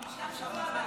אני שם בשבוע הבא.